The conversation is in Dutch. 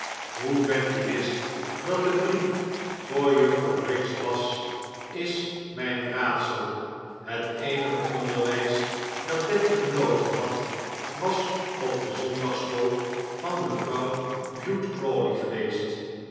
hoe betty wist dat de brief voor juffrouw briggs was is mij een raadsel het eenige onderwijs dat betty genoten had was op de zondagsschool van mevrouw bute crawley geweest